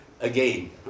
again